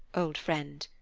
old friend.